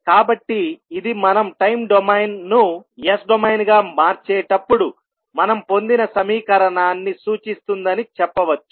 కాబట్టి ఇది మనం టైమ్ డొమైన్ను S డొమైన్ గా మార్చేటప్పుడు మనం పొందిన సమీకరణాన్ని సూచిస్తుందని చెప్పవచ్చు